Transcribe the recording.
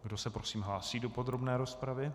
Kdo se prosím hlásí do podrobné rozpravy?